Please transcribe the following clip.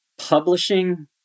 publishing